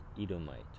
Edomite